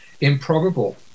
improbable